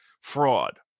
fraud